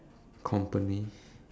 company